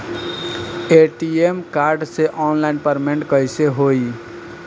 ATM card से online payment कैसे होई?